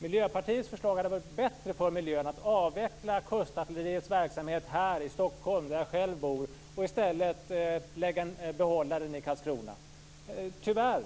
Miljöpartiets förslag hade varit bättre för miljön, att avveckla kustartilleriets verksamhet här i Stockholm, där jag själv bor, och i stället behålla den i Karlskrona. Tyvärr.